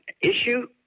issue